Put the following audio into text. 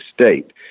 state